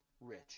rich